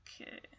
Okay